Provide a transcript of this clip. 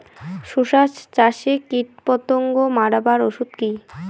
শসা চাষে কীটপতঙ্গ মারার ওষুধ কি?